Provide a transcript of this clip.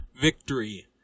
victory